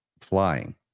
flying